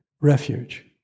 refuge